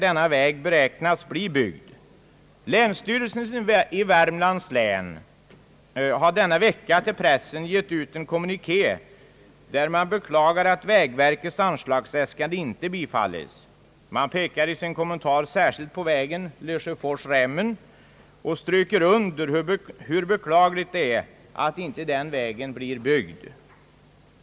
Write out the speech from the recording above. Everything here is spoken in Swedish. Jag Länsstyrelsen i Värmlands län har denna vecka till pressen gett ut en kommuniké där man beklagar att vägverkets anslagsäskande inte bifallits. Man pekar i sin kommentar särskilt på vägen Lesjöfors—Rämmen och stryker under hur beklagligt det är att inte denna väg blir byggd.